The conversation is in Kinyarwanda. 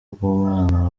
bw’umwana